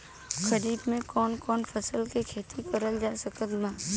खरीफ मे कौन कौन फसल के खेती करल जा सकत बा?